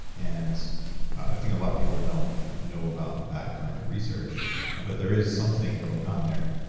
and i think a lot of people don't know about that kind of research but there is something going on there.